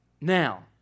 Now